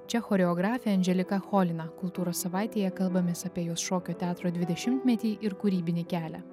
čia choreografė andželika cholina kultūros savaitėje kalbamės apie jos šokio teatro dvidešimtmetį ir kūrybinį kelią